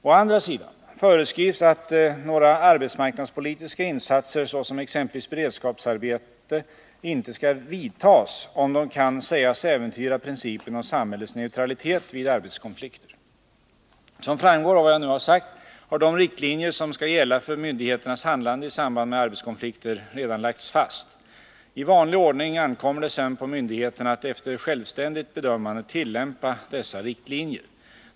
Å andra sidan föreskrivs att några arbetsmarknadspolitiska insatser, såsom exempelvis beredskapsarbete, inte Om arbetsförmedskall vidtas, om de kan sägas äventyra principen om samhällets neutralitet vid — lingsverksamheten arbetskonflikter. vid arbetskonflikjer som skall gälla för — ter ; myndigheternas handlande i samband med arbetskonflikter redan lagts fast. Som framgår av vad jag nu har sagt har de rik I vanlig ordning ankommer det sedan på myndigheterna att efter självständigt bedömande tillämpa dessa riktlinjer.